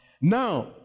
Now